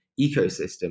ecosystem